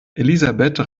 elisabeth